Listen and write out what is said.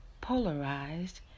polarized